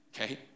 Okay